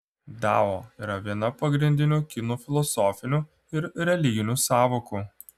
dao yra viena pagrindinių kinų filosofinių ir religinių sąvokų